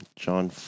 John